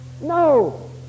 No